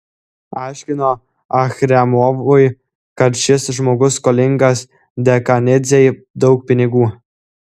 aiškino achremovui kad šis žmogus skolingas dekanidzei daug pinigų